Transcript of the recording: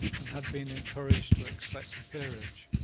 and had been encouraged to expect a peerage.